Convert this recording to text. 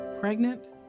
Pregnant